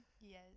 Yes